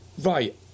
right